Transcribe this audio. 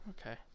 Okay